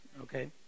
okay